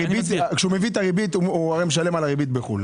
כשהוא מביא את הריבית, הוא משלם על הריבית בחו"ל.